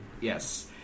Yes